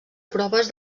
proves